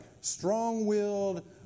strong-willed